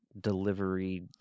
delivery